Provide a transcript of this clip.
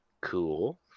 Cool